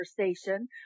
conversation